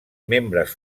membres